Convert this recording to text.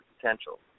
potential